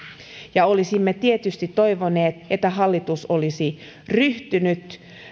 ja olisimme tietysti toivoneet että hallitus olisi ryhtynyt